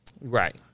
Right